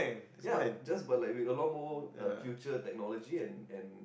ya just but with like a lot more uh future technology and and